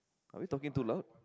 are we talking too loud